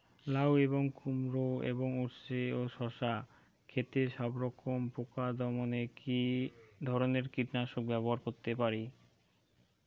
লাউ এবং কুমড়ো এবং উচ্ছে ও শসা ক্ষেতে সবরকম পোকা দমনে কী ধরনের কীটনাশক ব্যবহার করতে পারি?